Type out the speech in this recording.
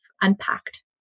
unpacked